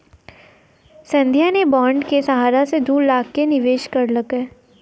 संध्या ने बॉण्ड के सहारा से दू लाख के निवेश करलकै